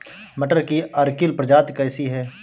मटर की अर्किल प्रजाति कैसी है?